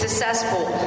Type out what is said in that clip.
Successful